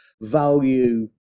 value